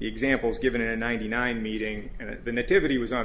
the examples given in ninety nine meeting and the nativity was on